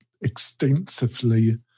extensively